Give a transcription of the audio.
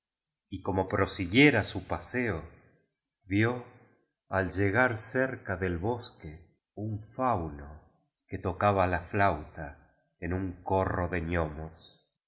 y como prosiguiera su paseo vio al llegar cer ca del bosque un fauno que tocaba la flauta en un corro